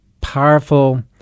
powerful –